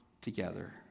together